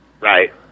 Right